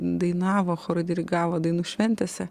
dainavo chorui dirigavo dainų šventėse